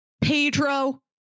Pedro